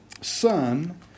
son